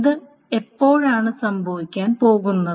ഇത് എപ്പോഴാണ് സംഭവിക്കാൻ പോകുന്നത്